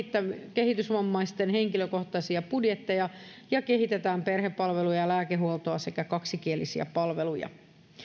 kehitysvammaisten henkilökohtaisia budjetteja ja kehitetään perhepalveluja ja lääkehuoltoa sekä kaksikielisiä palveluja